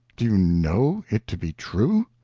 do you know it to be true?